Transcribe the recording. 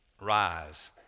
rise